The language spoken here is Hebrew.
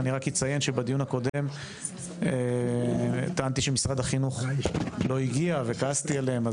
אני רק אציין שבדיון הקודם טענתי שמשרד החינוך לא הגיע וכעסתי עליהם,